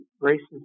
races